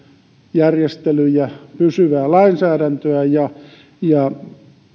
järjestelyjä pysyvää lainsäädäntöä ja ja